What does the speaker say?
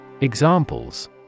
Examples